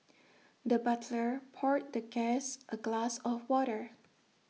the butler poured the guest A glass of water